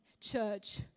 church